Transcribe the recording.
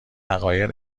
عقاید